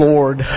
Lord